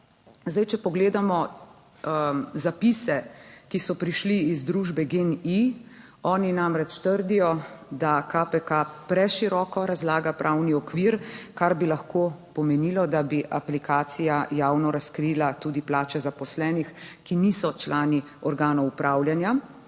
Zdaj, če pogledamo zapise, ki so prišli iz družbe GEN-I, oni namreč trdijo, da KPK preširoko razlaga pravni okvir, kar bi lahko pomenilo, da bi aplikacija javno razkrila tudi plače zaposlenih, ki niso člani organov upravljanja;